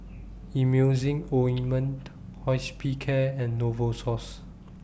Emulsying Ointment Hospicare and Novosource